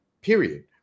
Period